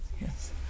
yes